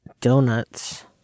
donuts